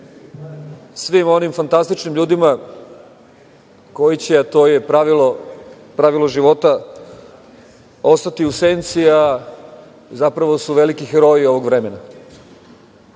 svim onim fantastičnim ljudima će, a to je pravilo života, ostati u senci, a zapravo su veliki heroji ovog vremena. Mi